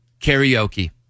karaoke